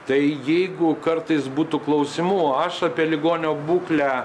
tai jeigu kartais būtų klausimų aš apie ligonio būklę